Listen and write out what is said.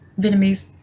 Vietnamese